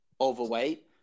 overweight